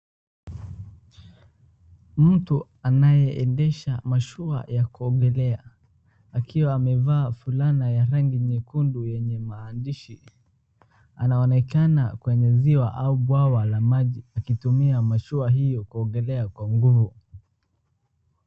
Mtu anayeendesha mashua ya kuogelea, akiwa amevaa fulana ya rangi nyekundu yenye maandishi. Anaonekana kwenye ziwa au bwawa la maji akitumia mashua hiyo kuogelea kwa nguvu.